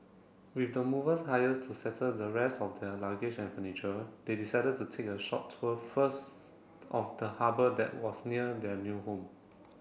with the movers hired to settle the rest of their luggage and furniture they decided to take a short tour first of the harbour that was near their new home